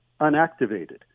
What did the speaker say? unactivated